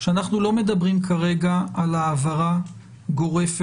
שאנחנו לא מדברים כרגע על העברה גורפת